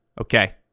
Okay